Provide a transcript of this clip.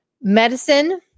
medicine